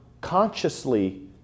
consciously